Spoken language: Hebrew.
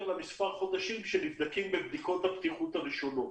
למספר החודשים שנבדקים בבדיקות הבטיחות הראשונות.